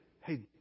hey